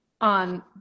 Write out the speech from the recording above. on